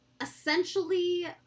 essentially